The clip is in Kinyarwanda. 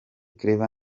claver